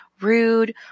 rude